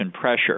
pressure